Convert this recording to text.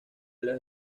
los